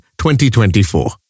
2024